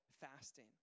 fasting